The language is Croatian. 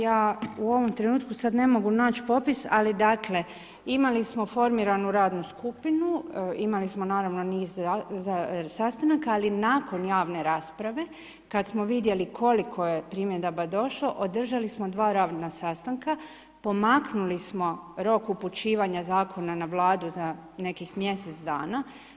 Ja u ovom trenutku sad ne mogu nać popis ali dakle imali smo formiranu radnu skupinu, imali smo naravno niz sastanaka ali nakon javne rasprave kad smo vidjeli koliko je primjedaba došlo, održali smo dva radna sastanka, pomaknuli smo rok upućivanja zakona na Vladu za nekih mjesec dana.